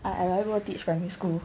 I I rather go teach primary school